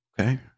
okay